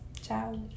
ciao